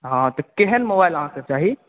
हँ तऽ केहन मोबाइल अहाँके चाही